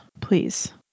please